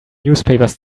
newspapers